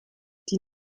die